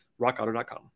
rockauto.com